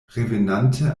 revenante